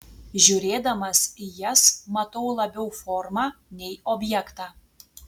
žiūrėdamas į jas matau labiau formą nei objektą